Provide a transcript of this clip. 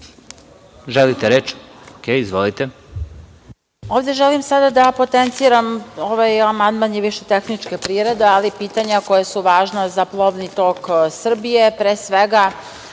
**Nataša Jovanović** Ovde želim sada da potenciram, ovaj amandman je više tehničke prirode, ali pitanja koja su važna za plovni tok Srbije, pre svega,